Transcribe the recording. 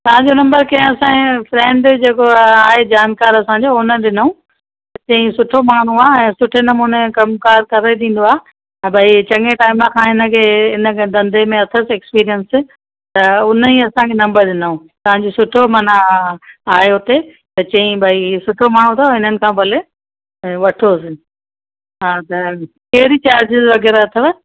तव्हांजो नंबर कंहिं असांजे फ्रैंड जेको आहे आहे जानकार असांजो हुन ॾिनो त चई सुठो माण्हू आहे सुठे नमूने कमकारु करे ॾींदो आहे त भाई चङे टाइम खां इनखे इन धंधे में अथस एक्सपीरियंस त उन ई असांखे नंबर ॾिनो तव्हांजी सुठो माना आहे हुते त चई भाई सुठो माण्हू अथव इनखां भले वठोस हा त कहिड़ी चार्जिस वग़ैरह अथव